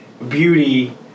beauty